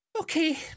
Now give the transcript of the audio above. okay